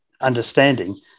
understanding